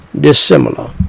dissimilar